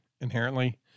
inherently